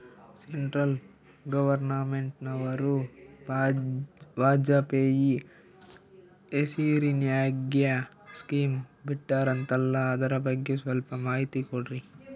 Central ಗವರ್ನಮೆಂಟನವರು ವಾಜಪೇಯಿ ಹೇಸಿರಿನಾಗ್ಯಾ scheme ಬಿಟ್ಟಾರಂತಲ್ಲ ಅದರ ಬಗ್ಗೆ ಸ್ವಲ್ಪ ಮಾಹಿತಿ ಕೊಡ್ರಿ?